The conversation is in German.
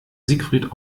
siegfried